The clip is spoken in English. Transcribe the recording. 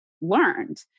learned